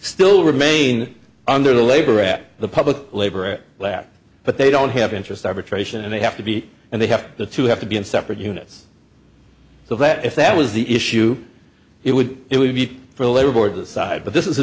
still remain under the labor at the public labor at last but they don't have interest arbitration and they have to be and they have to to have to be in separate units so that if that was the issue it would it would be for the labor board the side but this is